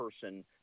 person